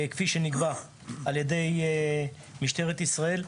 כפי שנקבע על ידי משטרת ישראל.